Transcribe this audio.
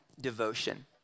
devotion